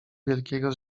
wielkiego